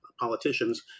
politicians